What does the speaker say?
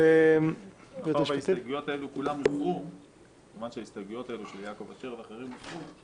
מאחר שההסתייגויות האלה של יעקב אשר ואחרים הוסרו,